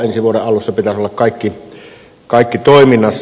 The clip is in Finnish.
ensi vuoden alussa pitäisi olla kaikki toiminnassa